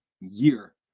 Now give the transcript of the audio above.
year